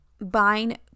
buying